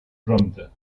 prompte